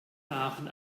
aachen